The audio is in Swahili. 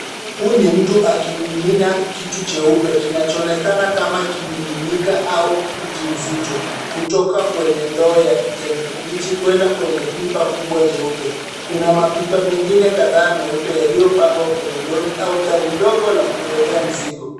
Huu ni mtu akimimina kitu cheupe. Kinachoonekana kama kimiminika au uji nzito kutoka kwenye ndoo ya kijani kibichi kuenda kwenye pipa kubwa jeupe. Kuna mapipa mengine kadhaa meupe yaliyopangwa kwenye lori au gari dogo la kubebea mzigo.